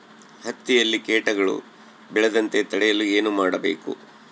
ಹತ್ತಿಯಲ್ಲಿ ಕೇಟಗಳು ಬೇಳದಂತೆ ತಡೆಯಲು ಏನು ಮಾಡಬೇಕು?